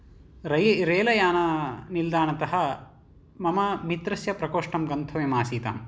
rail रेलयाननिल्दाणतः मम मित्रस्य प्रकोष्टं गन्तव्यम् आसीताम्